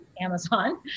Amazon